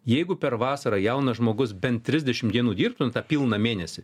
jeigu per vasarą jaunas žmogus bent trisdešim dienų dirbtų na tą pilną mėnesį